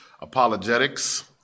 apologetics